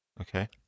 Okay